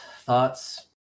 thoughts